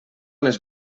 les